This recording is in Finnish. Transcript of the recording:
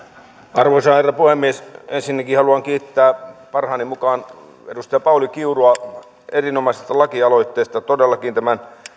arvoisa herra puhemies ensinnäkin haluan kiittää parhaani mukaan edustaja pauli kiurua erinomaisesta lakialoitteesta todellakin tämän